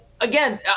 again